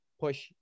push